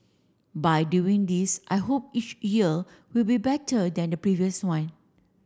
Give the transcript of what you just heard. by doing this I hope each year will be better than the previous one